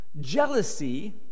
jealousy